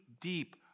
deep